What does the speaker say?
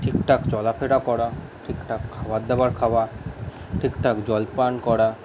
ঠিকঠাক চলাফেরা করা ঠিকঠাক খাবারদাবার খাওয়া ঠিকঠাক জল পান করা